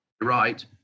right